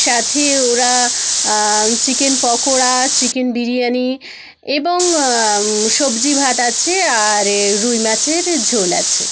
সাথে ওরা chicken pakora chicken biryani এবং সবজি ভাত আছে আর এ রুই মাছের ঝোল আছে